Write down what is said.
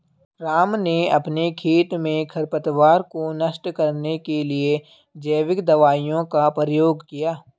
राम ने अपने खेत में खरपतवार को नष्ट करने के लिए जैविक दवाइयों का प्रयोग किया